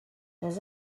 dans